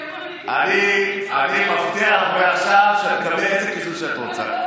אני מבטיח מעכשיו שאת תקבלי איזה קיזוז שאת רוצה.